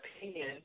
opinion